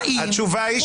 האם,